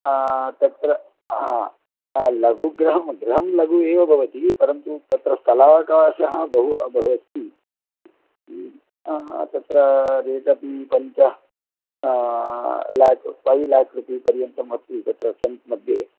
तत्र लघु गृहं गृहं लघु एव भवति परन्तु तत्र स्थलावकाशः बहु बहु अस्ति आ तत्र रेट् अपि पञ्च ल्याक् फैव् ल्याक् पर्यन्तमपि तत्र सैट् मध्ये